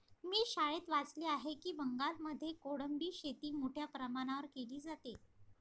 मी शाळेत वाचले आहे की बंगालमध्ये कोळंबी शेती मोठ्या प्रमाणावर केली जाते